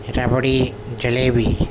rabri jalebi